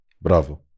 Bravo